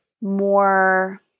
more